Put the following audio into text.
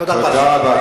תודה רבה לכם.